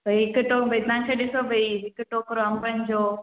भई हिकु थो भई तव्हांखे ॾिसो भई हिकु टोकिरो अंबनि जो